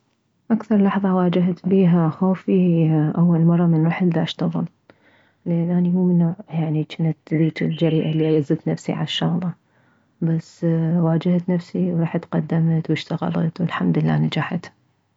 اكثر لحظة واجهت بيها خوفي هي اول مرة من رحت داشتغل لان اني مومن نوع يعني جنت ذيج جريئة الي ازت نفسي عالشغلة بس واجهت نفسي ورحت قدمت واشتغلت والحمدلله نجحت